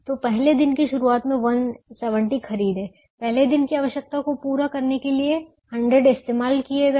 तो पहले दिन की शुरुआत में 170 खरीदे गए पहले दिन की आवश्यकता को पूरा करने के लिए 100 इस्तेमाल किए गए